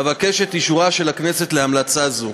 אבקש את אישורה של הכנסת להמלצה זו.